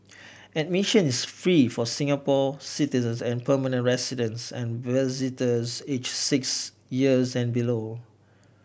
admissions is free for Singapore citizens and permanent residents and visitors aged six years and below